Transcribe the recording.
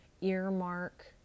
earmark